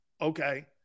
okay